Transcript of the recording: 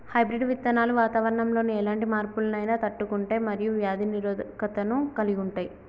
hybrid విత్తనాలు వాతావరణంలోని ఎలాంటి మార్పులనైనా తట్టుకుంటయ్ మరియు వ్యాధి నిరోధకతను కలిగుంటయ్